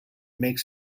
makes